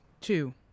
Two